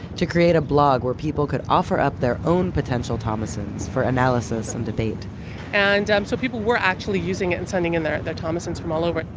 to create a blog where people could offer up their own potential thomassons for analysis and debate and um so people were actually using it and sending in their their thomassons from all over.